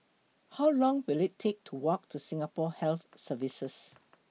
How Long Will IT Take to Walk to Singapore Health Services